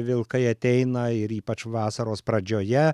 vilkai ateina ir ypač vasaros pradžioje